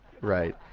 Right